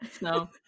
No